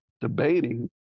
debating